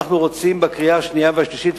אנחנו רוצים בקריאה השנייה והשלישית,